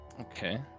Okay